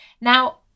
Now